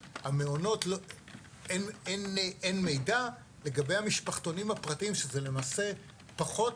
אין מידע לגבי המשפחתונים הפרטיים שזה למעשה פחות